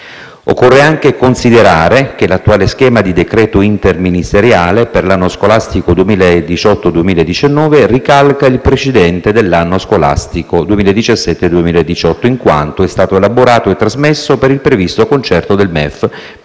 Occorre anche considerare che l'attuale schema di decreto interministeriale per l'anno scolastico 2018-2019 ricalca il precedente dell'anno scolastico 2017-2018, in quanto è stato elaborato e trasmesso per il previsto concerto del MEF